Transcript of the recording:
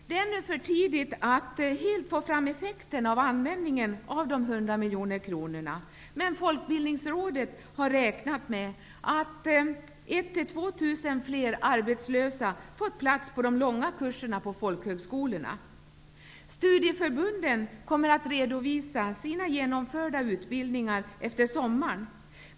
Det är ännu för tidigt att utläsa effekterna av användningen av de 100 miljoner kronorna. Men Folkbildningsrådet räknar med att 1 000--2 000 fler arbetslösa fått plats på de långa kurserna på folkhögskolorna. Studieförbunden kommer att redovisa sina genomförda utbildningar efter sommaren.